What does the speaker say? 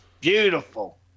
beautiful